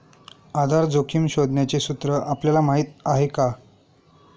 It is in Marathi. आधार जोखिम शोधण्याचे सूत्र आपल्याला माहीत आहे का?